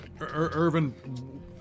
Irvin